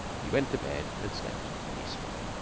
he went to bed, and slept peacefully.